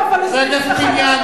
וגם הפלסטינים,